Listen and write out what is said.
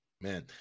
Man